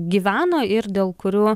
gyveno ir dėl kurių